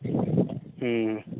अं